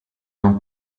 non